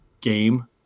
game